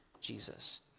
Jesus